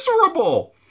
miserable